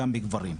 גם בגברים.